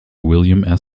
william